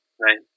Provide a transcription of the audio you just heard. Right